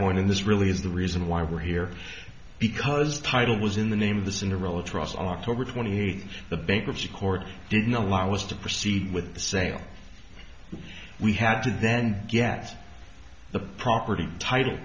point and this really is the reason why we're here because title was in the name of the cinderella trust on october twenty eighth the bankruptcy court didn't allow us to proceed with the sale we had to then get the property ti